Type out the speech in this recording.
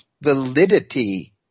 validity